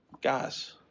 guys